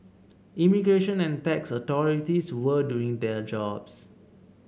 immigration and tax authorities were doing their jobs